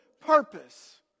purpose